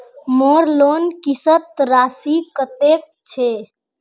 मोर लोन किस्त राशि कतेक छे?